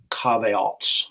caveats